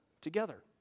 together